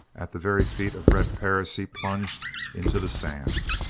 at the very feet of red perris he plunged into the sand.